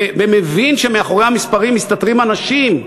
שמבין שמאחורי המספרים מסתתרים אנשים,